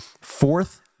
Fourth